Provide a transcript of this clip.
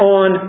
on